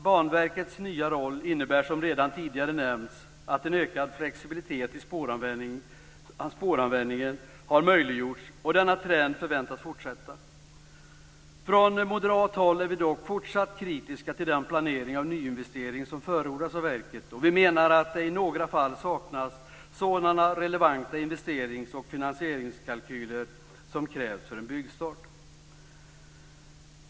Banverkets nya roll innebär som redan tidigare nämnts att en ökad flexibilitet i spåranvändningen har möjliggjorts. Denna trend förväntas fortsätta. Från moderat håll är vi dock fortsatt kritiska till den planering av nyinvestering som förordas av verket, och vi menar att det i några fall saknas sådana relevanta investerings och finansieringskalkyler som krävs för en byggstart.